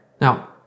Now